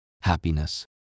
happiness